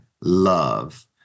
love